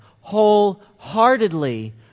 wholeheartedly